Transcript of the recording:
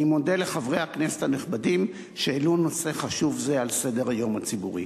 אני מודה לחברי הכנסת הנכבדים שהעלו נושא חשוב זה על סדר-היום הציבורי.